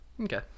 Okay